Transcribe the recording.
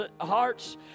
hearts